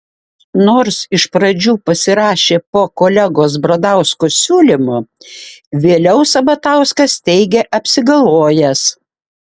nors iš pradžių pasirašė po kolegos bradausko siūlymu vėliau sabatauskas teigė apsigalvojęs